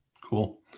Cool